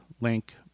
link